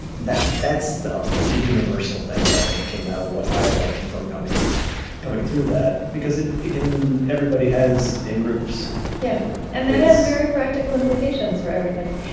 and that's the the universal thing that i think came out of what i learned from coming coming through that, because it it can everybody has in-groups yeah and that has very practical implications for everybody.